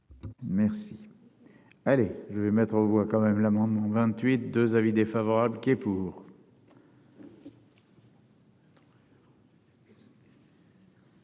Merci, allez je vais mettre aux voix quand même l'amendement 28 2 avis défavorables qui est pour.